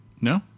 No